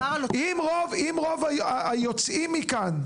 אם רוב היוצאים מכאן,